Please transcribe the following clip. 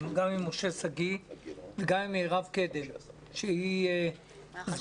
גם עם משה שגיא וגם עם מירב קדם שהיא סגנית